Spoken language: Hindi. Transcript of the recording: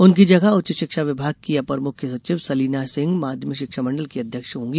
उनकी जगह उच्च शिक्षा विभाग की अपर मुख्य सचिव सलीना सिंह माशिमं की अध्यक्ष होंगी